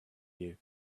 you